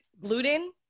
gluten